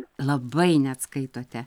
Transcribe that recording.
labai net skaitote